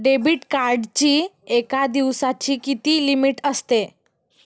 Debit कार्डची एका दिवसाची किती लिमिट असते?